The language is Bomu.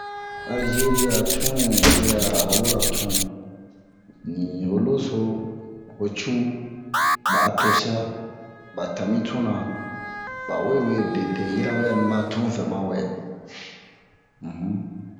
Alzeri a tun nɛ ni bɛrɛ a arabura tun ni ho loso ho cu ba'a tosɛra ba ta mi tuna bawe we bepɛ yirawe a mi ba tun vɛ ma wɛ um